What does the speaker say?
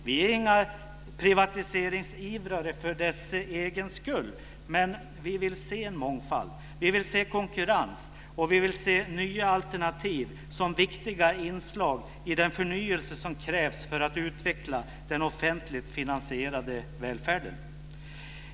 Vi är inga privatiseringsivrare för sakens egen skull, men vi ser mångfald, konkurrens och nya alternativ som viktiga inslag i den förnyelse som krävs för att utveckla den offentligt finansierade välfärden.